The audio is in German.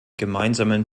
gemeinsamen